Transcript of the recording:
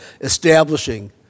establishing